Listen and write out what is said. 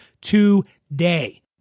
today